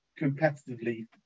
competitively